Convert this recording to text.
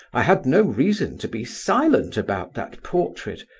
i had no reason to be silent about that portrait.